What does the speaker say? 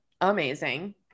amazing